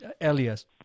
Elias